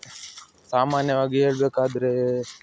ಸಾಮಾನ್ಯವಾಗಿ ಹೇಳಬೇಕಾದ್ರೇ